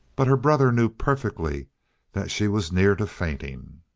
but her brother knew perfectly that she was near to fainting.